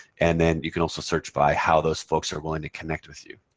and then you can also search by how those folks are willing to connect with you.